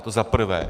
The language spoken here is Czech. To za prvé.